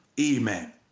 Amen